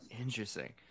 Interesting